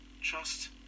Trust